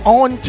on